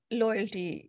loyalty